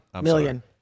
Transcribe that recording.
Million